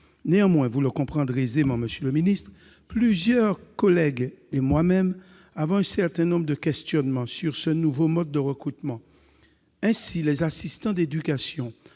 Néanmoins, vous le comprendrez aisément, monsieur le ministre, plusieurs collègues et moi-même avons un certain nombre de questions sur ce nouveau mode de recrutement. Ainsi, les assistants d'éducation